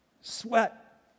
sweat